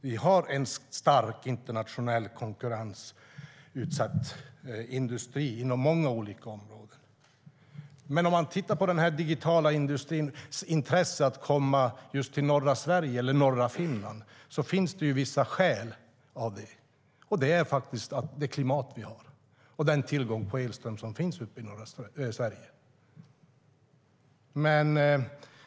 Vi har en starkt internationellt konkurrensutsatt industri inom många områden. Det finns vissa skäl för den här industrins intresse för att komma till norra Sverige eller norra Finland. Det handlar faktiskt om det klimat vi har och den tillgång till elström som finns i norra Sverige.